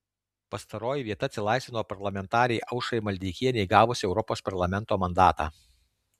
pastaroji vieta atsilaisvino parlamentarei aušrai maldeikienei gavus europos parlamento mandatą